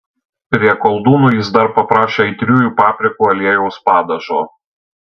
prie koldūnų jis dar paprašė aitriųjų paprikų aliejaus padažo